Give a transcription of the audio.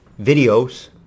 videos